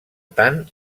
tant